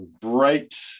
bright